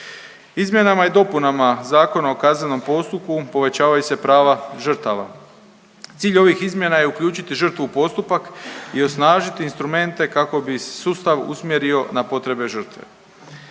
Izmjenama i dopunama Zakona o kaznenom postupku povećavaju se prava žrtava. Cilj ovih izmjena je uključiti žrtvu u postupak i osnažiti instrumente kako bi se sustav usmjerio na potrebe žrtve.